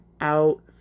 out